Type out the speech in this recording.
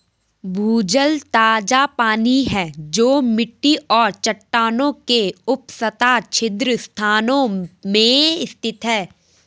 भूजल ताजा पानी है जो मिट्टी और चट्टानों के उपसतह छिद्र स्थान में स्थित है